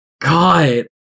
God